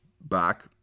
back